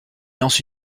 lance